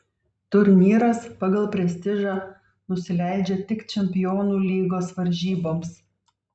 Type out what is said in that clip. turnyras pagal prestižą nusileidžia tik čempionų lygos varžyboms